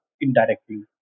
indirectly